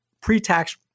pre-tax